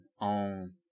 on